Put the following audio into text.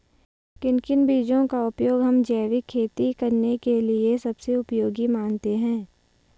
किन किन बीजों का उपयोग हम जैविक खेती करने के लिए सबसे उपयोगी मानते हैं?